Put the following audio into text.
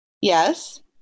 yes